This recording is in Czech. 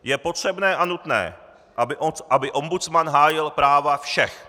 Je potřebné a nutné, aby ombudsman hájil práva všech.